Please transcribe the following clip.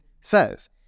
says